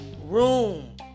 room